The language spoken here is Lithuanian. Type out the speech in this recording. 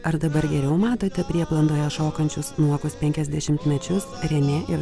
ar dabar geriau matote prieblandoje šokančius nuogus penkiasdešimtmečius renė ir